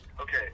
Okay